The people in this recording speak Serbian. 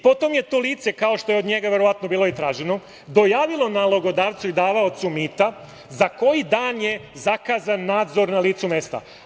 Potom je to lice, kao što je od njega verovatno bilo i traženo, dojavilo nalogodavcu i davaocu mita za koji dan je zakazan nadzor na licu mesta.